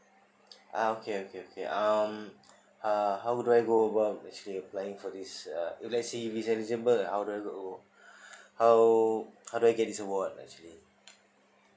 uh okay okay okay um uh how do I go about actually applying for this uh let's say if eligible how do I go how how do I get this award actually